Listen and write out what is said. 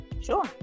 Sure